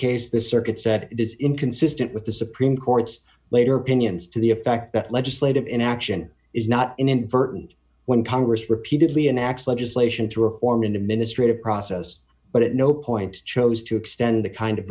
case the circuit said it is inconsistent with the supreme court's later opinions to the effect that legislative inaction is not an inversion when congress repeatedly annexed legislation to reform into ministry to process but at no point chose to extend the kind of